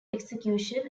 execution